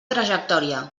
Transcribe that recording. trajectòria